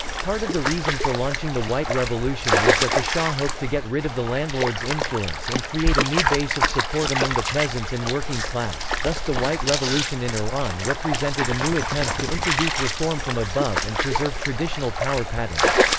part of the reason for launching the white revolution was that the shah hoped to get rid of the landlords' influence and create a new base of support among the peasants and working class thus the white revolution in iran represented a new attempt to introduce reform from above and preserve traditional power patterns.